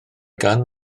gan